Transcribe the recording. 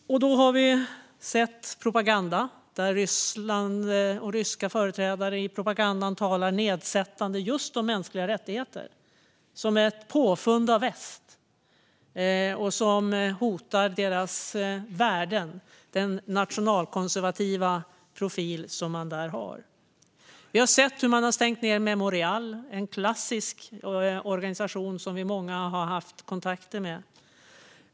Vi har sett propaganda där företrädare för Ryssland talar nedsättande om just mänskliga rättigheter som ett påfund av väst som hotar landets värden och den nationalkonservativa profil som man har. Vi har sett att man stängt ned Memorial, en klassisk organisation som många av oss haft kontakt med.